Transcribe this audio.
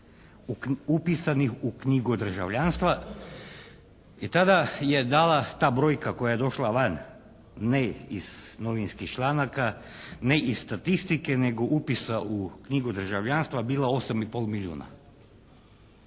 upisanih u knjigu državljanstva i tada je dala ta brojka koja je došla van ne iz novinskih članaka, ne iz statistike, nego upisa u knjigu državljanstva bila 8 i pol milijuna.